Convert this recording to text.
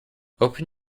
open